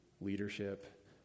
leadership